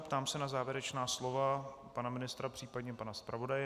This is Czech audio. Ptám se na závěrečná slova pana ministra, případně pana zpravodaje.